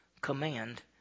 command